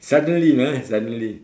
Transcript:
suddenly ah suddenly